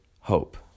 hope